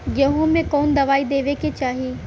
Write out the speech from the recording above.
गेहूँ मे कवन दवाई देवे के चाही?